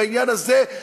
בעניין הזה,